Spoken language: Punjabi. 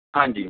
ਹਾਂਜੀ